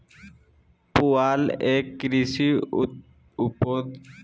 पुआल एक कृषि उपोत्पाद हय पुआल मे धान के सूखल डंठल होवो हय